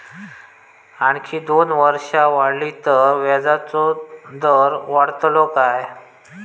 आणखी दोन वर्षा वाढली तर व्याजाचो दर वाढतलो काय?